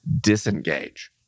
disengage